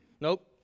Nope